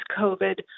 COVID